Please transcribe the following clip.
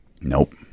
Nope